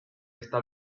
está